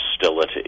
hostility